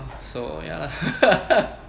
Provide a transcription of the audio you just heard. so ya lah